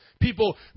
People